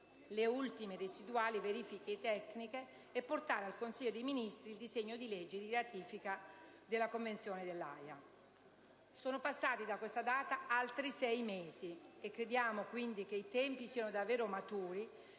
le ultime e residuali verifiche tecniche e portare al Consiglio dei Ministri il disegno di legge di ratifica della Convenzione dell'Aja». Da quella data sono passati altri sei mesi. Crediamo dunque che i tempi siano davvero maturi